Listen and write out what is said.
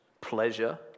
pleasure